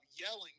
Yelling